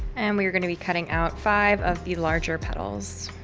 and we are going to be cutting out five of the larger petals.